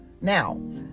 Now